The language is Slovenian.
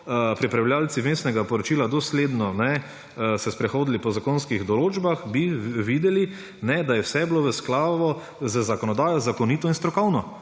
pripravljavci Vmesnega poročila dosledno se sprehodili po zakonskih odločbah, bi videli, da je bilo vse v skladu z zakonodajo, zakonito in strokovno.